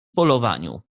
polowaniu